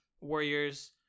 Warriors